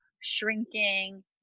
shrinking